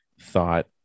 thought